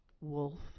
wolf